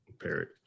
parrot